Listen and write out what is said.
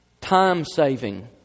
time-saving